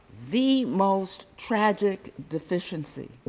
the most tragic deficiency